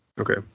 Okay